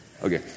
Okay